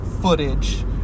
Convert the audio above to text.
footage